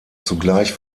zugleich